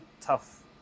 tough